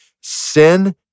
sin